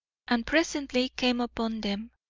and presently came upon them,